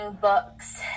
books